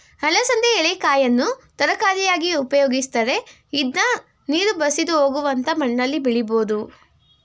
ಅಲಸಂದೆ ಎಳೆಕಾಯನ್ನು ತರಕಾರಿಯಾಗಿ ಉಪಯೋಗಿಸ್ತರೆ, ಇದ್ನ ನೀರು ಬಸಿದು ಹೋಗುವಂತ ಮಣ್ಣಲ್ಲಿ ಬೆಳಿಬೋದು